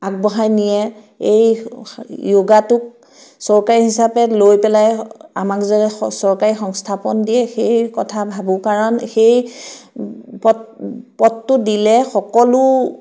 আগবঢ়াই নিয়ে এই য়োগাটোক চৰকাৰী হিচাপে লৈ পেলাই আমাক যাতে স চৰকাৰী সংস্থাপন দিয়ে সেই কথা ভাবোঁ কাৰণ সেই পদ পদটো দিলে সকলো